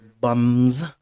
bums